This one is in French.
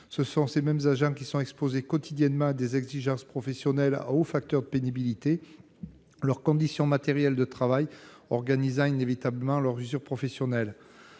Ce sont ces mêmes agents qui sont exposés quotidiennement à des exigences professionnelles à hauts facteurs de pénibilité, leurs conditions matérielles de travail organisant inévitablement leur usure professionnelle.